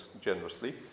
generously